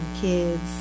Kids